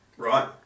Right